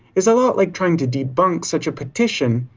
is a lot like trying to debunk such a petition.